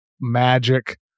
Magic